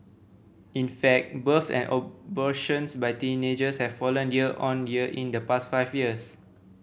in fact births and abortions by teenagers have fallen year on year in the past five years